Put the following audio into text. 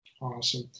Awesome